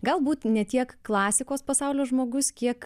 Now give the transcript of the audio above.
gal būt ne tiek klasikos pasaulio žmogus kiek